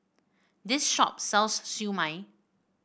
this shop sells Siew Mai